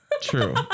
True